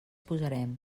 posarem